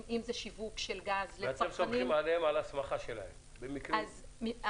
שיווק של גז לצרכנים -- אתם סומכים על ההסמכה שלהם במקרים ספציפיים.